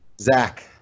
Zach